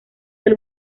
del